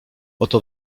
oto